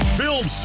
film